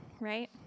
right